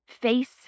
Face